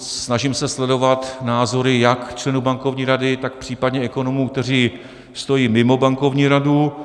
Snažím se sledovat názory jak členů Bankovní rady, tak případně ekonomů, kteří stojí mimo Bankovní radu.